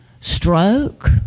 stroke